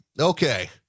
Okay